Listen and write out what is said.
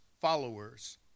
followers